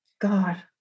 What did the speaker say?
God